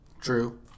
True